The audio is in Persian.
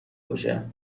کشه